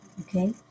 Okay